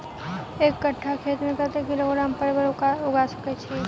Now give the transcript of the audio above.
एक कट्ठा खेत मे कत्ते किलोग्राम परवल उगा सकय की??